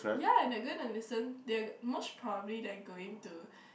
ya they are going to listen they most properly they're going to